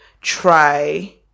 try